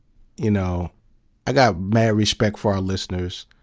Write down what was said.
you know i got mad respect for our listeners.